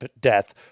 death